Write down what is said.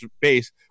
base